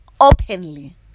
openly